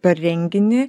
per renginį